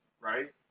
right